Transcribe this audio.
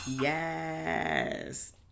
Yes